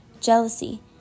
jealousy